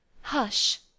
hush